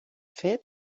fet